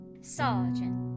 Sergeant